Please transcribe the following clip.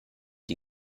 die